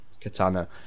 katana